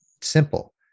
simple